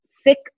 sick